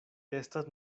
estas